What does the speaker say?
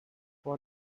for